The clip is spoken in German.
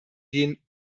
gehen